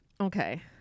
Okay